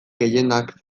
gehienak